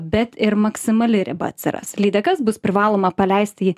bet ir maksimali riba atsiras lydekas bus privaloma paleisti